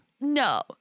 No